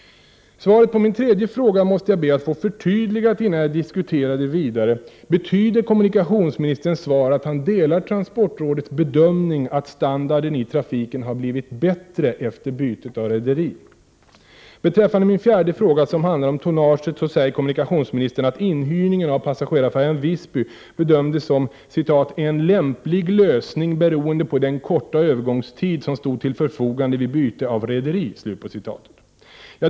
Svaret på min tredje fråga måste jag be att få förtydligat innan jag diskuterar det vidare. Betyder kommunikaionsministerns svar att han delar transportrådets bedömning att standarden i trafiken har blivit bättre efter bytet av rederi? Beträffande min fjärde fråga som handlar om tonnaget säger kommunika tionsministern att inhyrningen av passagerarfärjan ”Visby” bedömdes som ”en lämplig lösning beroende på den korta övergångstid som stod till förfogande vid byte av rederi”.